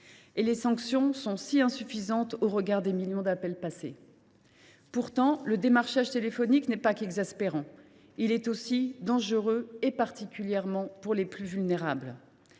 Et les sanctions sont insuffisantes au regard des millions d’appels passés. Pourtant, le démarchage téléphonique n’est pas qu’exaspérant ; il est aussi dangereux, particulièrement pour les plus vulnérables.